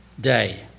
Day